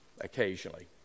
occasionally